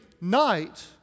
night